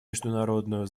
международную